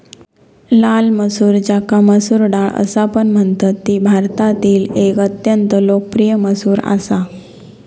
लाल मसूर ज्याका मसूर डाळ असापण म्हणतत ती भारतातील एक अत्यंत लोकप्रिय मसूर असा